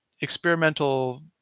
experimental